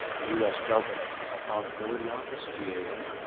the us government accountability office, yeah ah